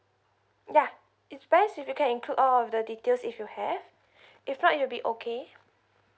ya it's best if you can include all of the details if you have if not it'll be okay